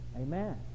Amen